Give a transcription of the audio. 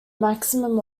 maximum